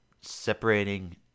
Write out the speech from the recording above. separating